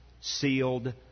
sealed